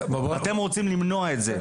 אתם רוצים למנוע את זה.